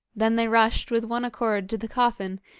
then they rushed with one accord to the coffin,